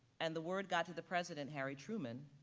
and the word got to the president harry truman,